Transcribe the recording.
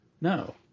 No